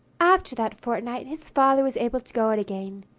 after that fortnight, his father was able to go out again.